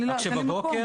רק שבבוקר,